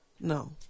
No